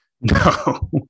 no